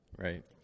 Right